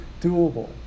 doable